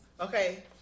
Okay